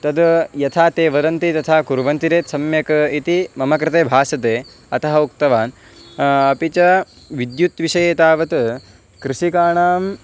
तद्यथा ते वदन्ति तथा कुर्वन्ति चेत् सम्यक् इति मम कृते भासते अतः उक्तवान् अपि च विद्युत् विषये तावत् कृषिकाणां